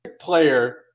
player